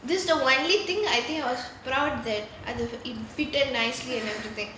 this is the only thing I think I was proud that I it fitted nicely and everything